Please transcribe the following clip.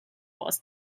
was